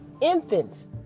infants